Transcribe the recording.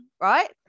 right